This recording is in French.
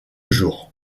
jour